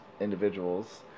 individuals